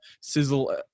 sizzle